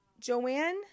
Joanne